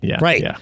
Right